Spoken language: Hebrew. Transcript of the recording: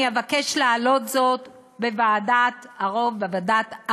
אני אבקש להעלות זאת בוועדת העבודה,